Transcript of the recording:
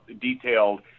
detailed